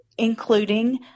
including